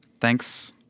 Thanks